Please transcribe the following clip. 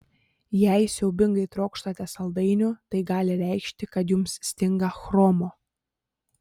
jei siaubingai trokštate saldainių tai gali reikšti kad jums stinga chromo